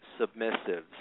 submissives